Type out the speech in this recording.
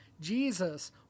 Jesus